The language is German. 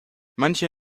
manche